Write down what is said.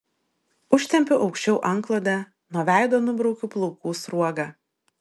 užtempiu aukščiau antklodę nuo veido nubraukiu plaukų sruogą